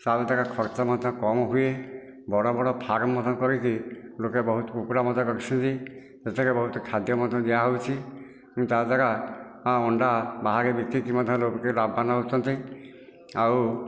ସାଧାରଣତଃ ଖର୍ଚ୍ଚ ମଧ୍ୟ କମ୍ ହୁଏ ବଡ଼ ବଡ଼ ଫାର୍ମ ମାନେ କରିକି ଲୋକେ ବହୁତ କୁକୁଡ଼ା ମଧ୍ୟ ରଖିଛନ୍ତି ଏଠାରେ ବହୁତ ଖାଦ୍ୟ ମଧ୍ୟ ଦିଆହେଉଛି ଯାହାଦ୍ୱାରା ଅଣ୍ଡା ବାହାରେ ବିକିକି ମଧ୍ୟ ଲୋକେ ଲାଭବାନ ହେଉଛନ୍ତି ଆଉ